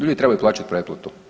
Ljudi trebaju plaćati pretplatu.